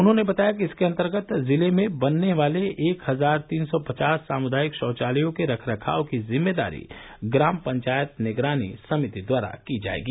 उन्होंने बताया कि इसके अंतर्गत जिले में बनने वाले एक हजार तीन सौ पचास सामुदायिक शौचालयों के रखरखाव की जिम्मेदारी ग्राम पंचायत निगरानी समिति द्वारा की जायेगी